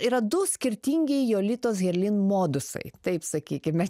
yra du skirtingi jolitos herlin modusai taip sakykime